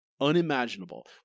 unimaginable